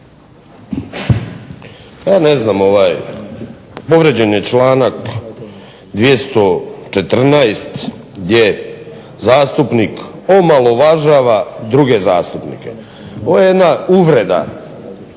Zoran (HDSSB)** Povrijeđen je članak 214. gdje zastupnik omalovažava druge zastupnike. Ovo je jedna uvreda,